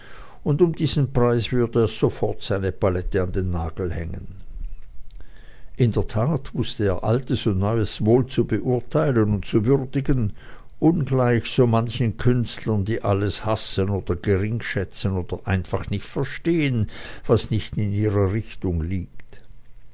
und um diesen preis würde er sofort seine palette an den nagel hängen in der tat wußte er altes und neues wohl zu beurteilen und zu würdigen ungleich so manchen künstlern die alles hassen oder geringschätzen oder einfach nicht verstehen was nicht in ihrer richtung liegt